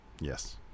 Yes